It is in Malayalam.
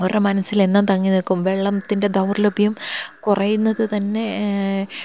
അവരുടെ മനസ്സിൽ എന്നും തങ്ങി നിൽക്കും വെള്ളത്തിൻ്റെ ദൗർലഭ്യം കുറയുന്നത് തന്നെ